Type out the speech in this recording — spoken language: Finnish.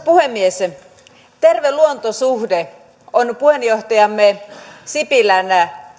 puhemies terve luontosuhde on puheenjohtajamme sipilän